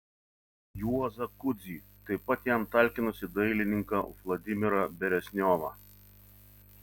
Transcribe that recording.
juozą kudzį taip pat jam talkinusį dailininką vladimirą beresniovą